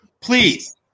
Please